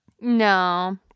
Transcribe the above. No